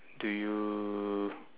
do you